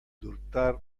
durtar